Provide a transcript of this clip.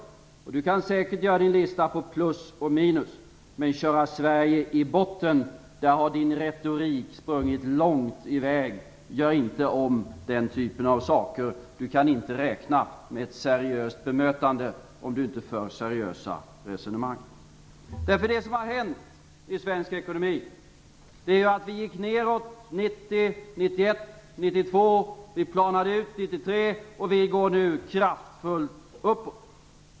Carlsson kan säkert göra en lista med plus och minus. Men när Ingvar Carlsson hävdar att Sverige har körts i botten har hans retorik sprungit långt i väg. Gör inte om den typen av saker. Ingvar Carlsson kan inte räkna med ett seriöst bemötande om han inte för seriösa resonemang. Vad som har hänt i svensk ekonomi är följande. Det gick nedåt under 1991 och 1992. Ekonomin planade ut 1993, och nu går vi kraftfullt uppåt.